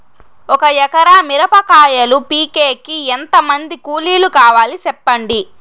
ఒక ఎకరా మిరప కాయలు పీకేకి ఎంత మంది కూలీలు కావాలి? సెప్పండి?